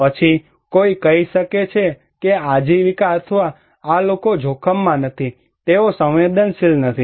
પછી કોઈ કહી શકે છે કે આ આજીવિકા અથવા આ લોકો જોખમમાં નથી તેઓ સંવેદનશીલ નથી